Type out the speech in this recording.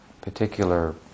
particular